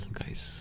guys